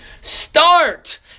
Start